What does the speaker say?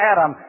Adam